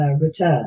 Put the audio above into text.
return